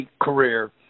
career